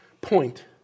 point